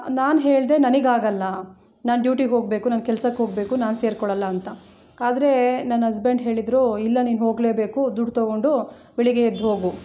ನಾನು ಹೇಳಿದೆ ನನಗೆ ಆಗೋಲ್ಲ ನಾನು ಡ್ಯೂಟಿಗೆ ಹೋಗಬೇಕು ನಾನು ಕೆಲಸಕ್ಕೆ ಹೋಗಬೇಕು ನಾನು ಸೇರಿಕೊಳ್ಳಲ್ಲ ಅಂತ ಆದರೆ ನನ್ನ ಅಸ್ಬೆಂಡ್ ಹೇಳಿದರು ಇಲ್ಲ ನೀನು ಹೋಗಲೇಬೇಕು ದುಡ್ಡು ತೊಗೊಂಡು ಬೆಳಿಗ್ಗೆ ಎದ್ದು ಹೋಗು